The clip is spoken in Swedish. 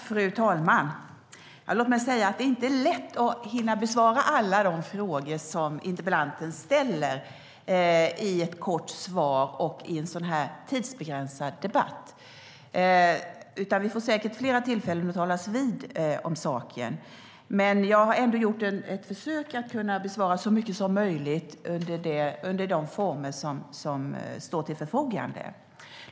Fru talman! Låt mig säga att det inte är lätt att i ett kort svar och i en sådan här tidsbegränsad debatt hinna besvara alla de frågor som interpellanten ställer. Men vi får säkert fler tillfällen att diskutera frågorna. Jag har dock gjort ett försök att besvara så utförligt som möjligt under de former som står till förfogande.